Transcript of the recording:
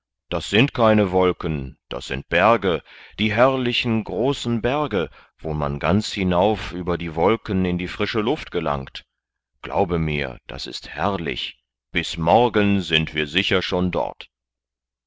das sind keine wolken das sind berge die herrlichen großen berge wo man ganz hinauf über die wolken in die frische luft gelangt glaube mir das ist herrlich bis morgen sind wir sicher schon dort